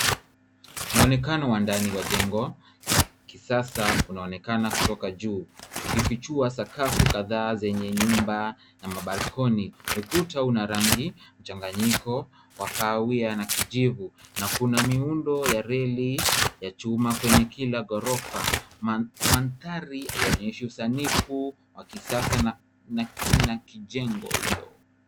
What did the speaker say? Muonekano wa ndani wa jengo la kisasa unaonekana kutoka juu, ukifichua sakafu kadhaa zenye nyumba na balkoni . Ukuta una rangi mchanganyiko wa kahawia na kijivu na kuna miundo ya reli ya chuma kwenye kila gorofa. Mandhari hayaonyeshi usanifu wa kisasa na kina kijengo hilo.